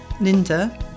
linda